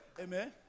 Amen